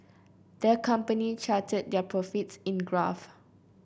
the company charted their profits in graph